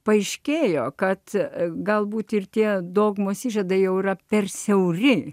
paaiškėjo kad galbūt ir tie dogmos įžadai jau yra per siauri